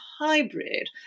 hybrid